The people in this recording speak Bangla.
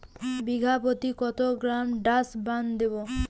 বিঘাপ্রতি কত গ্রাম ডাসবার্ন দেবো?